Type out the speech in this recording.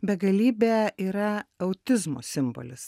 begalybė yra autizmo simbolis